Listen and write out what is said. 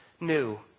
new